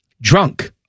drunk